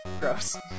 gross